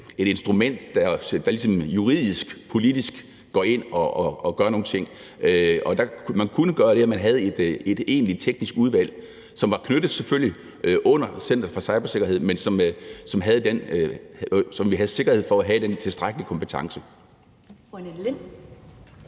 et instrument, der ligesom juridisk, politisk går ind og gør nogle ting. Man kunne gøre det, at man havde et egentligt teknisk udvalg, som selvfølgelig var under Center for Cybersikkerhed, så vi havde sikkerhed for at have den tilstrækkelige kompetence.